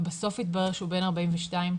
ובסוף התברר שהוא בן 42,